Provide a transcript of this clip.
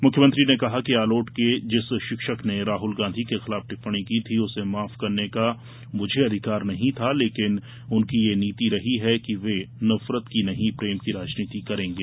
मुख्यमंत्री ने कहा कि आलोट के जिस शिक्षक ने राहल गांधी के खिलाफ टिप्पणी की थी उसे माफ करने का मुझे अधिकार नहीं था लेकिन उनकी यह नीति रही है कि वे नफरत की नहीं प्रेम की राजनीति करेंगे